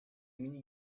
mini